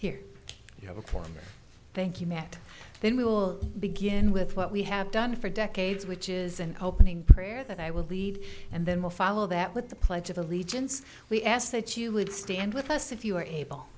here you have a former thank you matt then we will begin with what we have done for decades which is an opening prayer that i will lead and then we'll follow that with the pledge of allegiance we ask that you would stand with us if you are able